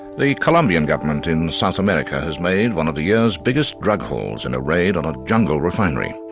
the colombian government in south america has made one of the year's biggest drug hauls in a raid on a jungle refinery.